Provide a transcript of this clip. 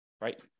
right